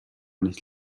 nicht